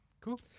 Cool